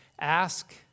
Ask